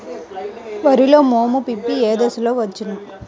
వరిలో మోము పిప్పి ఏ దశలో వచ్చును?